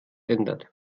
ändert